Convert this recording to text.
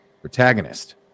protagonist